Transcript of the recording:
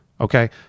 Okay